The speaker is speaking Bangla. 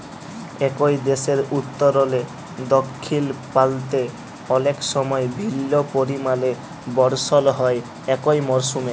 একই দ্যাশের উত্তরলে দখ্খিল পাল্তে অলেক সময় ভিল্ল্য পরিমালে বরসল হ্যয় একই মরসুমে